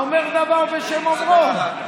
האומר דבר בשם אומרו.